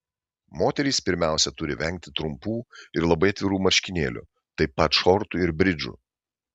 moterys pirmiausiai turi vengti trumpų ir labai atvirų marškinėlių taip pat šortų ir bridžų